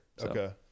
Okay